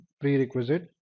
prerequisite